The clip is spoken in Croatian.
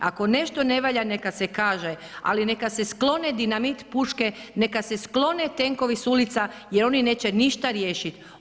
Ako nešto ne valja neka se kaže ali neka se sklone dinamit puške, neka se sklone tenkovi s ulica jer oni neće ništa riješiti.